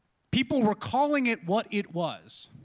people were calling it what it was,